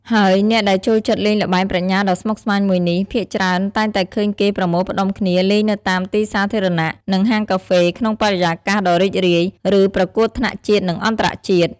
ហើយអ្នកដែលចូលចិត្តលេងល្បែងប្រាជ្ញាដ៏ស្មុគស្មាញមួយនេះ ភាគច្រើនតែងតែឃើញគេប្រមូលផ្តុំគ្នាលេងនៅតាមទីសាធារណៈ និងហាងកាហ្វេ ក្នុងបរិយាកាសដ៏រីករាយ ឬប្រកួតថ្នាក់ជាតិនិងអន្តរជាតិ។